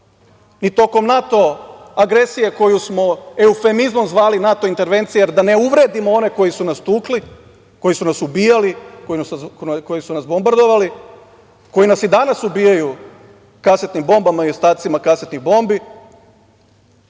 i tokom NATO agresije, koju smo eufemizmom zvali NATO intervencija, da ne uvredimo one koji su nas tukli, koji su nas ubijali, koji su nas bombardovali, koji nas i danas ubijaju kasetnim bombama i ostacima kasetnih bombi,